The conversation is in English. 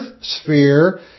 sphere